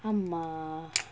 அம்மா:amma